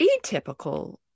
atypical